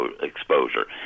exposure